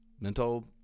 mental